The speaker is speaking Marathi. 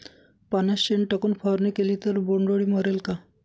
पाण्यात शेण टाकून फवारणी केली तर बोंडअळी मरेल का?